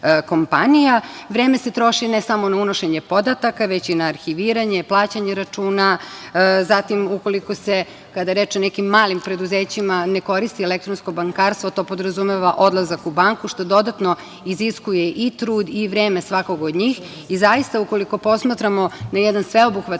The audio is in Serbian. kompanija. Vreme se troši ne samo na unošenje podataka, već i na arhiviranje, plaćanje računa. Zatim, kada je reč o nekim malim preduzećima koja ne koriste elektronsko bankarstvo, to podrazumeva odlazak u banku, što dodatno iziskuje i trud i vreme svakog od njih i zaista, ukoliko posmatramo na jedan sveobuhvatan